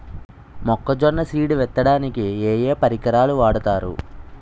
మొక్కజొన్న సీడ్ విత్తడానికి ఏ ఏ పరికరాలు వాడతారు?